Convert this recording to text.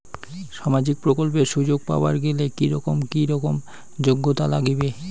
সামাজিক প্রকল্পের সুযোগ পাবার গেলে কি রকম কি রকম যোগ্যতা লাগিবে?